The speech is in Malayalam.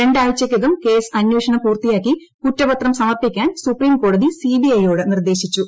ര ാഴ്ചയ്ക്കകം കേസ് അന്വേഷണം പൂർത്തിയാക്കി കുറ്റപത്രം സമർപ്പിക്കാൻ സുപ്രീംകോടതി ന്യിബീർഐയോട് നിർദ്ദേശിച്ചു